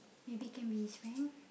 maybe can be his friend